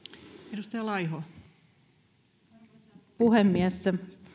arvoisa puhemies